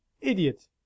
idiot